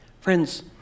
Friends